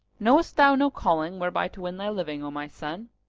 knowest thou no calling whereby to win thy living, o my son?